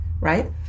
right